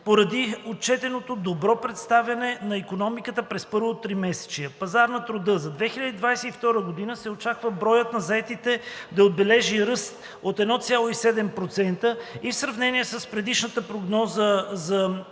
поради отчетеното добро представяне на икономиката през първото тримесечие. Пазар на труда За 2022 г. се очаква броят на заетите да отбележи ръст от 1,7% и в сравнение с предишната прогноза за ЗДБРБ за